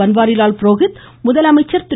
பன்வாரிலால்புரோஹித் முதலமைச்சர் திரு